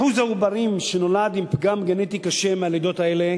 אחוז העוברים שנולדים עם פגם גנטי קשה מהלידות האלה